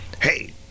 hey